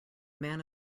man